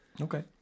Okay